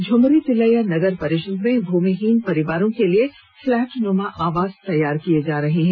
झुमरी तिलैया नगर परिषद में मूमिहीन परिवारों के लिए फ्लैटनुमा आवास तैयार किए जा रहे हैं